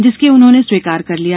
जिसके उन्होंने स्वीकार कर लिया